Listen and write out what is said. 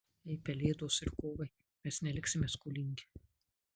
ei pelėdos ir kovai mes neliksime skolingi